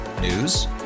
News